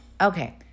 Okay